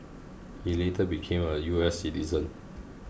he later became a U S citizen